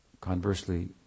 conversely